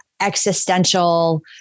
existential